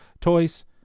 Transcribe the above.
toys